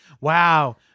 wow